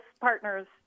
partners